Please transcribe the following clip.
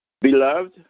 Beloved